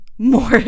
more